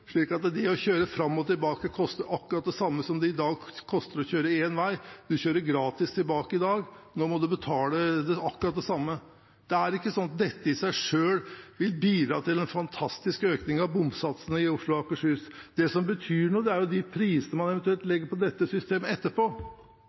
slik at det å kjøre fram og tilbake koster akkurat det samme som det i dag koster å kjøre én vei. Man kjører gratis tilbake i dag. Nå må man betale akkurat det samme. Det er ikke sånn at dette i seg selv vil bidra til en fantastisk økning av bomsatsene i Oslo og Akershus. Det som betyr noe, er de prisene man eventuelt